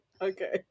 Okay